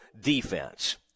defense